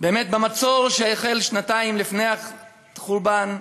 באמת במצור שהחל שנתיים לפני החורבן,